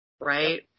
Right